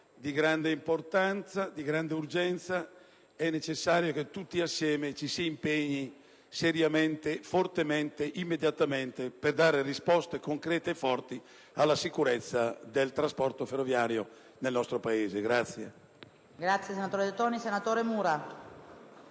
di grande importanza, di grande urgenza. È necessario che tutti insieme ci si impegni seriamente, fortemente e immediatamente per dare risposte concrete e forti alla sicurezza del trasporto ferroviario nel nostro Paese.